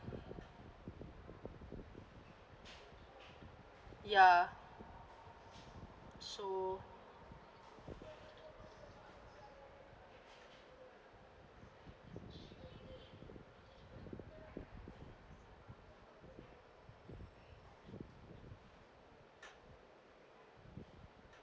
ya so